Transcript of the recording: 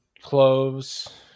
cloves